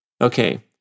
Okay